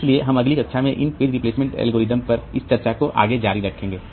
इसलिए हम अगली कक्षा में इन पेज रिप्लेसमेंट एल्गोरिदम पर इस चर्चा को आगे जारी रखेंगे